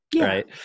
right